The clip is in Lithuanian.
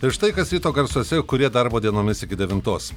ir štai kas ryto garsuose kurie darbo dienomis iki devintos